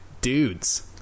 dudes